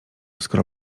skoro